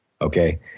Okay